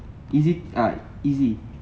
is it easy